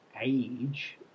age